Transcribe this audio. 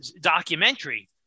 documentary